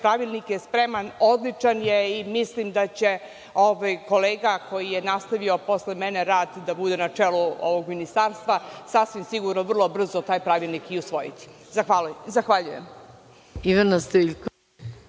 pravilnik je spreman, odličan je i mislim da će kolega koji je nastavio posle mene rad, koji je na čelu ovog ministarstva, sasvim sigurno vrlo brzo taj pravilnik i usvojiti. Zahvaljujem.